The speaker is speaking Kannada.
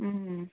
ಹ್ಞೂ ಹ್ಞೂ